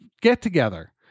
get-together